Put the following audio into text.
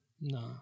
No